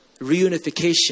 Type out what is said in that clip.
reunification